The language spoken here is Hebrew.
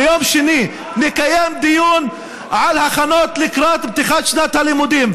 ביום שני נקיים דיון על ההכנות לקראת פתיחת שנת הלימודים.